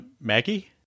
Maggie